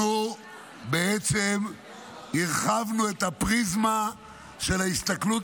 אנחנו בעצם הרחבנו את הפריזמה של ההסתכלות